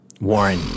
Warren